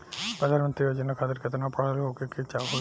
प्रधानमंत्री योजना खातिर केतना पढ़ल होखे के होई?